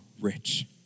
rich